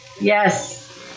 Yes